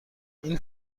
این